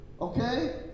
Okay